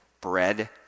bread